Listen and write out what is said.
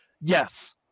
yes